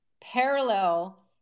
Parallel